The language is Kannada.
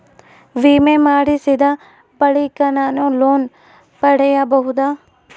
ವಿಮೆ ಮಾಡಿಸಿದ ಬಳಿಕ ನಾನು ಲೋನ್ ಪಡೆಯಬಹುದಾ?